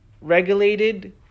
regulated